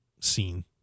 scene